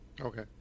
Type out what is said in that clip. Okay